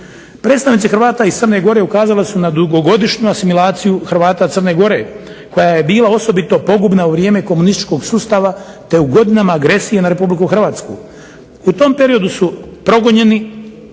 Predstavnici Hrvata iz Crne Gore ukazali su na dugogodišnju asimilaciju Hrvata Crne Gore koja je bila osobito pogubna u vrijeme komunističkog sustava te u godinama agresije na RH. U tom periodu su progonjeni,